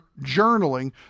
journaling